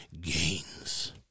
GAINS